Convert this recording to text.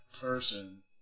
person